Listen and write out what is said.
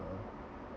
uh